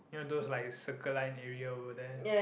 you know those like Circle Line area over there